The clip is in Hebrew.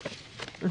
בהמשך.